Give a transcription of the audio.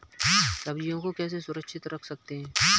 सब्जियों को कैसे सुरक्षित रख सकते हैं?